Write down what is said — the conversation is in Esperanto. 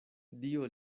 dio